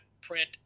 print